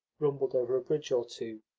rumbled over a bridge or two,